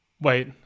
wait